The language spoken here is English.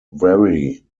vary